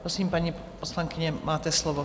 Prosím, paní poslankyně, máte slovo.